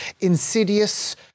Insidious